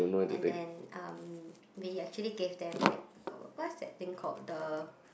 and then um we actually gave them like uh what's that thing called the